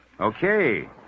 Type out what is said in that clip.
Okay